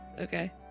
okay